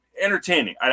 Entertaining